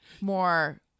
more